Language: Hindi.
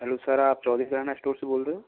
हैलो सर आप चौधरी किराना स्टोर से बोल रहे हो